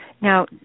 Now